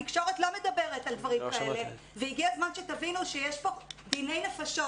התקשורת לא מדברת על דברים כאלה והגיע הזמן שתבינו שיש פה דיני נפשות.